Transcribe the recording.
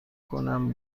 کنم